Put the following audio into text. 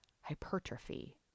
hypertrophy